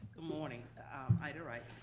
morning. i'm ida wright.